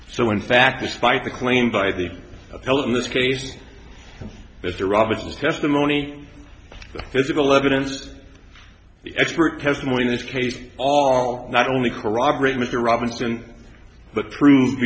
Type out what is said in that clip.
so in fact despite the claim by the ellen this case mr robinson's testimony physical evidence expert testimony in this case all not only corroborate mr robinson but prove